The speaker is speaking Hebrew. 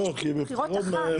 לא, אבל כשיש מערכת בחירות אחת.